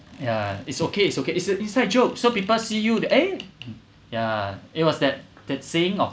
ya it's okay it's okay it's an inside joke so people see you the eh ya it was that that saying of